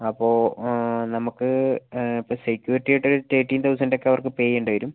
അപ്പോൾ നമുക്ക് ഇപ്പോൾ സെക്യൂരിറ്റി ആയിട്ടൊക്കെ ഏയ്റ്റീൻ തൗസന്റ് ഒക്കെ അവർക്കു പേ ചെയ്യേണ്ടി വരും